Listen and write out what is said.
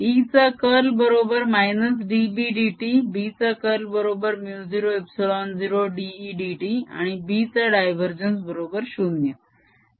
E चा curl बरोबर -dB dt B चा कर्ल बरोबर μ0ε0 dE dt आणि B चा डायवरजेन्स बरोबर 0